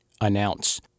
Announce